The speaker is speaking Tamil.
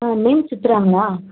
ஆ நேம் சித்துராங்களா